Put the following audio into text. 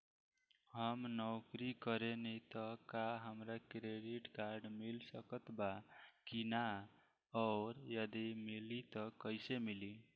हम नौकरी करेनी त का हमरा क्रेडिट कार्ड मिल सकत बा की न और यदि मिली त कैसे मिली?